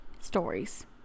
stories